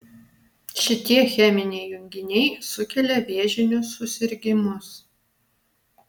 šitie cheminiai junginiai sukelia vėžinius susirgimus